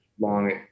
long